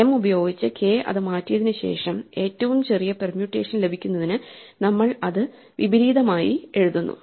m ഉപയോഗിച്ച് k അത് മാറ്റിയതിനുശേഷം ഏറ്റവും ചെറിയ പെർമ്യൂട്ടേഷൻ ലഭിക്കുന്നതിന് നമ്മൾ അത് വിപരീതമായി എഴുതുന്നു